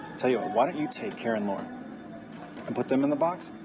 tell you what, why don't you take kara and lauren and put them in the box.